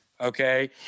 Okay